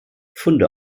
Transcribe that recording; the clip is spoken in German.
funde